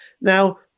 Now